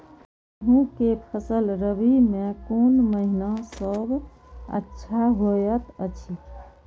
गेहूँ के फसल रबि मे कोन महिना सब अच्छा होयत अछि?